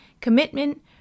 commitment